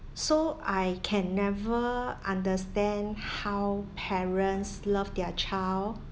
so I can never understand how parents love their child